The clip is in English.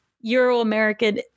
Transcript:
Euro-American